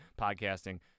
podcasting